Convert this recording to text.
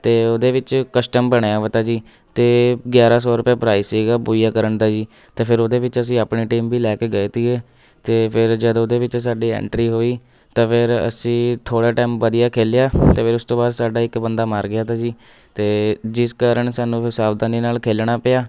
ਅਤੇ ਉਹਦੇ ਵਿੱਚ ਕਸਟਮ ਬਣਿਆ ਵਾ ਤਾ ਜੀ ਅਤੇ ਗਿਆਰ੍ਹਾਂ ਸੌ ਰੁਪਈਆ ਪ੍ਰਾਈਜ ਸੀਗਾ ਬੂਈਆ ਕਰਨ ਦਾ ਜੀ ਅਤੇ ਫਿਰ ਉਹਦੇ ਵਿੱਚ ਅਸੀਂ ਆਪਣੀ ਟੀਮ ਵੀ ਲੈ ਕੇ ਗਏ ਤੀ ਅਤੇ ਫਿਰ ਜਦ ਉਹਦੇ ਵਿੱਚ ਸਾਡੀ ਐਂਟਰੀ ਹੋਈ ਤਾਂ ਫਿਰ ਅਸੀਂ ਥੋੜ੍ਹੇ ਟਾਈਮ ਵਧੀਆ ਖੇਲਿਆ ਅਤੇ ਫਿਰ ਉਸ ਤੋਂ ਬਾਅਦ ਸਾਡਾ ਇੱਕ ਬੰਦਾ ਮਰ ਗਿਆ ਤਾ ਜੀ ਅਤੇ ਜਿਸ ਕਾਰਨ ਸਾਨੂੰ ਫਿਰ ਸਾਵਧਾਨੀ ਨਾਲ ਖੇਲਣਾ ਪਿਆ